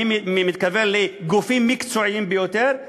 אני מתכוון לגופים מקצועיים ביותר,